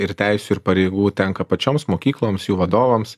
ir teisių ir pareigų tenka pačioms mokykloms jų vadovams